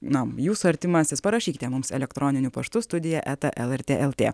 na jūsų artimasis parašykite mums elektroniniu paštu studija eta lrt lt